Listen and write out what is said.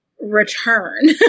return